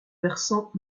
versant